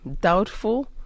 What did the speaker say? doubtful